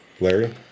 Larry